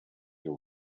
you